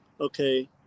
Okay